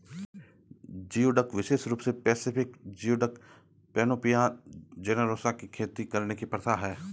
geoduck विशेष रूप से पैसिफिक जियोडक, पैनोपिया जेनेरोसा की खेती करने की प्रथा है